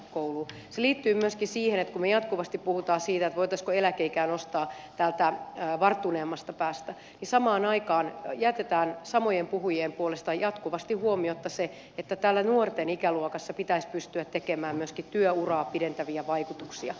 se liittyy myöskin siihen että kun me jatkuvasti puhumme siitä voitaisiinko eläkeikää nostaa täältä varttuneemmasta päästä niin samaan aikaan jätetään samojen puhujien puolesta jatkuvasti huomiotta se että myöskin täällä nuorten ikäluokassa pitäisi pystyä tekemään työuraa pidentäviä vaikutuksia